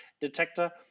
detector